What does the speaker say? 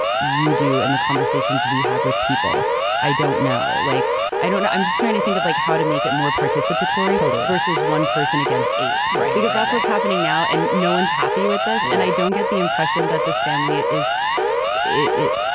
you do in the conversations we have with people i dont know, like i don't know. i'm just trying to think of like how to make it more participatory hotel versus one person against eight. right. because that's what's happening now. and no one's happy with this. and i don't get the impression that this family is it,